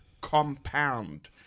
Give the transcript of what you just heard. compound